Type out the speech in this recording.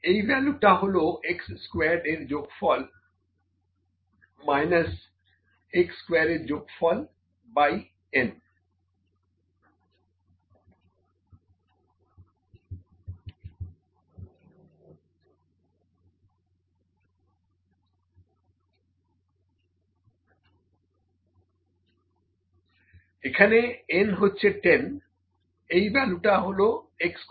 এই ভ্যালুটা হলো x স্কোয়ার্ড এর যোগফল মাইনাস x স্কোয়ার এর যোগফল বাই n